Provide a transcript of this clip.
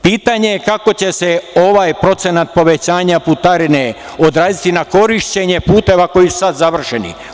Pitanje je kako će se ovaj procenat povećanja putarine odraziti na korišćenje puteva koji su sad završeni.